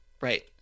Right